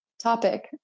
topic